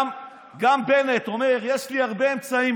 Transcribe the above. גם בנט אומר: יש לי הרבה אמצעים,